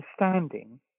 understanding